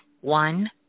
One